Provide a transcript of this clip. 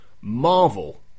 marvel